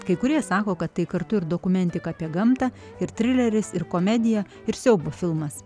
kai kurie sako kad tai kartu ir dokumentika apie gamtą ir trileris ir komedija ir siaubo filmas